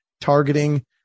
targeting